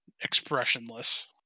expressionless